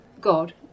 God